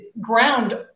ground